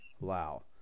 Wow